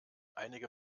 einige